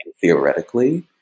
theoretically